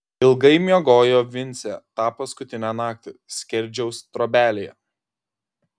ilgai miegojo vincė tą paskutinę naktį skerdžiaus trobelėje